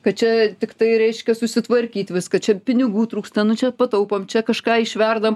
kad čia tiktai reiškia susitvarkyt viską čia pinigų trūksta nu čia pataupom čia kažką išverdam